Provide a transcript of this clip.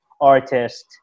artist